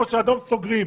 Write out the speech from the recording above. במקום אדום סוגרים.